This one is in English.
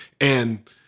And-